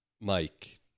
Mike